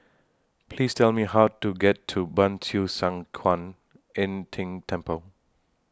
Please Tell Me How to get to Ban Siew San Kuan Im Tng Temple